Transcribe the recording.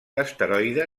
asteroide